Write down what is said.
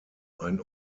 ein